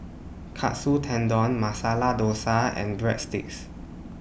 Katsu Tendon Masala Dosa and Breadsticks